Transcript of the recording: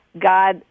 God